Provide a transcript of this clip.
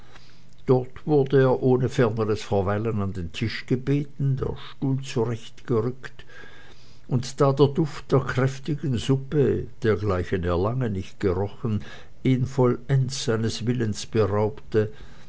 dort wurde er ohne ferneres verweilen an den tisch gebeten der stuhl zurechtgerückt und da der duft der kräftigen suppe dergleichen er lange nicht gerochen ihn vollends seines willens beraubte